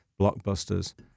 blockbusters